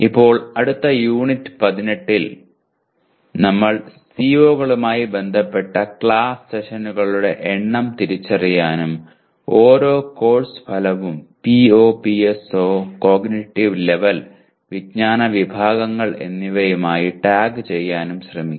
ഇപ്പോൾ അടുത്ത യൂണിറ്റ് 18 ൽ ഞങ്ങൾ CO കളുമായി ബന്ധപ്പെട്ട ക്ലാസ് സെഷനുകളുടെ എണ്ണം തിരിച്ചറിയാനും ഓരോ കോഴ്സ് ഫലവും PO PSO കോഗ്നിറ്റീവ് ലെവൽ വിജ്ഞാന വിഭാഗങ്ങൾ എന്നിവയുമായി ടാഗ് ചെയ്യാനും ശ്രമിക്കും